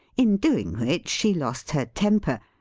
in doing which she lost her temper,